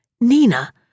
Nina